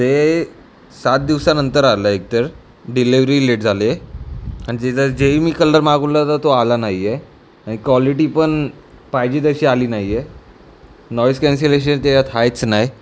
ते सात दिवसानंतर आलं आहे एकतर डिलेवरी लेट झाली आहे आणि ज्याचा जे ही मी कलर मागवला होता तो आला नाही आहे आणि क्वालिटी पण पाहिजे तशी आली नाही आहे नॉईज कॅन्सलेशन त्यात आहेच नाही